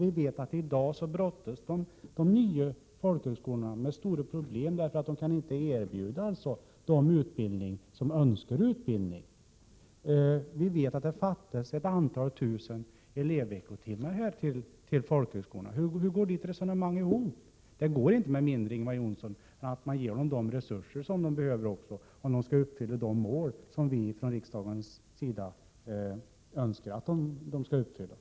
I dag brottas de nya folkhögskolorna med stora problem därför att de inte kan erbjuda utbildning för dem som önskar utbildning. Vi vet att det fattas några tusen elevveckotimmar för folkhögskolorna. Hur går alltså ert resonemang ihop? Man måste ge folkhögskolorna de resurser som de behöver, om de skall nå de mål som vi från riksdagens sida önskar att de skall nå.